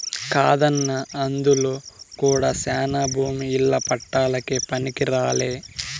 కాదన్నా అందులో కూడా శానా భూమి ఇల్ల పట్టాలకే పనికిరాలే